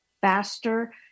faster